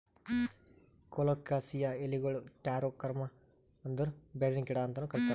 colocasia ಎಲಿಗೊಳಿಗ್ taro corm ಅಂದುರ್ ಬೇರಿನ ಗಿಡ ಅಂತನು ಕರಿತಾರ್